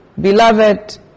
Beloved